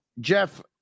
Jeff